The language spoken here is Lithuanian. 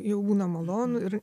jau būna malonu ir